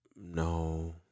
no